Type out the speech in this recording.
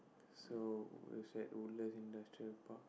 so it's at Woodlands Industrial Park